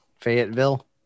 Fayetteville